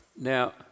Now